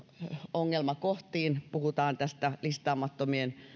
ongelmakohtiin puhutaan tästä listaamattomien